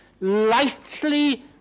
lightly